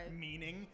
meaning